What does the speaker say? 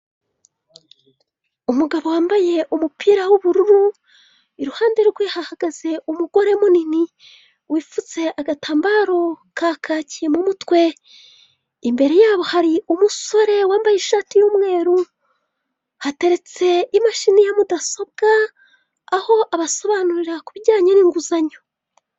Umugabo wambaye umupira w'ubururu iruhande rwe hahagaze umugore munini wipfutse agatambaro ka kake mu mutwe. Imbere yabo hari umusore wambaye ishati y'umweru, hateretse imashini ya mudasobwa aho abasobanurira ku bijyanye n'inguzanyo.